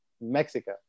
Mexico